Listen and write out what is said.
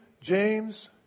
James